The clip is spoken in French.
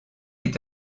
est